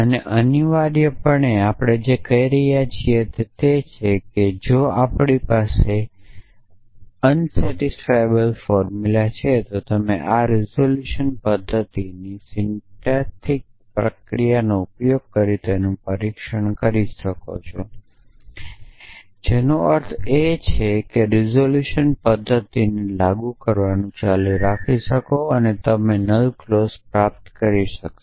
અને અનિવાર્યપણે આપણે જે કહી રહ્યા છીએ તે તે છે કે જો આપણી પાસે અસંતોષકારક ફોર્મુલા છે તો તમે આ રીઝોલ્યુશન પદ્ધતિની સિન્થેટીક પ્રક્રિયાનો ઉપયોગ કરીને તેનું પરીક્ષણ કરી શકો છો જેનો અર્થ છે કે રીઝોલ્યુશન પદ્ધતિને લાગુ કરવાનું ચાલુ રાખો અને તમે નલ ક્લોઝ પ્રાપ્ત કરી શકશો